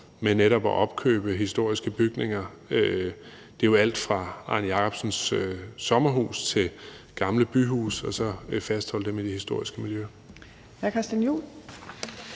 med netop at opkøbe historiske bygninger – det er jo alt fra Arne Jacobsens sommerhus til gamle byhuse – og så fastholde dem i det historiske miljø. Kl.